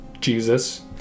Jesus